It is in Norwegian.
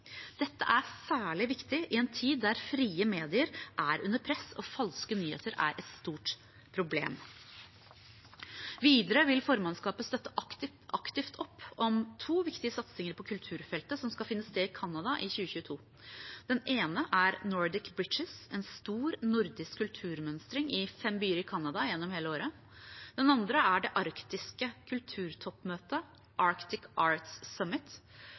Dette er særlig viktig i en tid da frie medier er under press og falske nyheter er et stort problem. Videre vil formannskapet støtte aktivt opp om to viktige satsinger på kulturfeltet som skal finne sted i Canada i 2022. Det ene er Nordic Bridges, en stor nordisk kulturmønstring i fem byer i Canada gjennom hele året. Den andre er det arktiske kulturtoppmøtet Arctic Arts Summit,